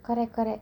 correct correct